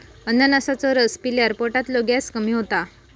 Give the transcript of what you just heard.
अननसाचो रस पिल्यावर पोटातलो गॅस कमी होता